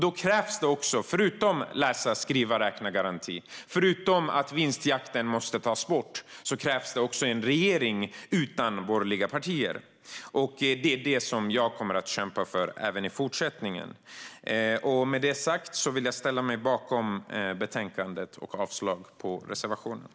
Då krävs förutom läsa-skriva-räkna-garanti, förutom att vinstjakten tas bort, också en regering utan borgerliga partier. Det är vad jag kommer att kämpa för även i fortsättningen. Med detta sagt yrkar jag bifall till förslaget i betänkandet och avslag på reservationerna.